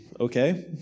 okay